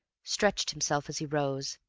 stretched himself as he rose,